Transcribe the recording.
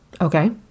Okay